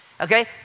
okay